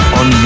on